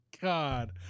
god